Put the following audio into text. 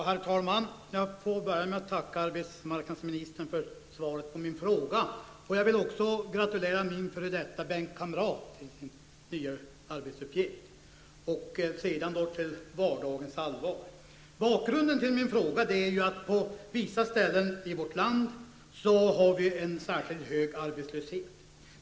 Herr talman! Jag får börja med att tacka arbetsmarknadsministern för svaret på min fråga. Jag vill också gratulera min f.d. bänkkamrat till hans nya arbetsuppgift. Sedan till vardagens allvar. Bakgrunden till min fråga är att vi på vissa platser i vårt land har en särskilt hög arbetslöshet.